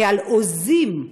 כעל הוזים,